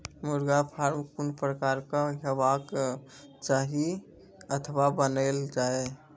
मुर्गा फार्म कून प्रकारक हेवाक चाही अथवा बनेल जाये?